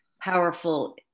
powerful